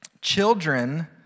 Children